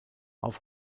auf